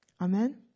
Amen